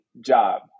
job